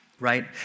right